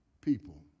people